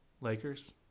Lakers